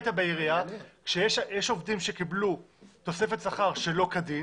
כשיש עובדים שקיבלו תוספת שכר שלא כדין